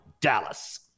dallas